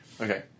Okay